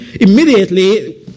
immediately